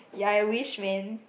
ya I wish man